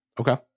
Okay